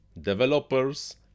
developers